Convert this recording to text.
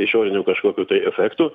išorinių kažkokių tai efektų